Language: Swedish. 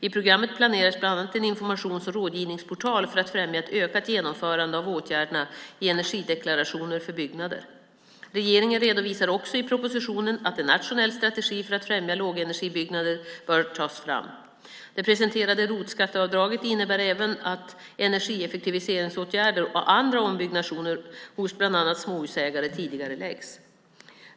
I programmet planeras bland annat en informations och rådgivningsportal för att främja ett ökat genomförande av åtgärderna i energideklarationer för byggnader. Regeringen redovisar också i propositionen att en nationell strategi för att främja lågenergibyggnader bör tas fram. Det presenterade ROT-skatteavdraget innebär även att energieffektiviseringsåtgärder och andra ombyggnationer hos bland annat småhusägare tidigareläggs.